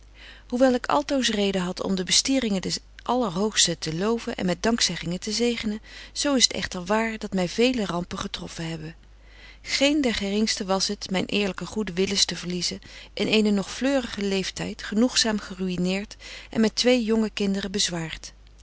hoewel ik altoos reden had om de bestieringen des allerhoogsten te loven en met dankzeggingen te zegenen zo is het echter wààr dat my vele rampen getroffen hebben geen der geringsten was het myn eerlyken goeden willis te verliezen in eenen nog fleurigen leeftyd genoegzaam geruïneert en met twee jonge kinderen bezwaart